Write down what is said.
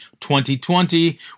2020